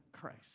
Christ